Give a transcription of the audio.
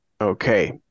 okay